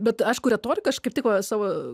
bet aišku retorika aš kaip tik va savo